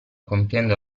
compiendo